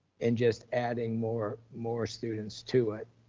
and just adding more, more students to it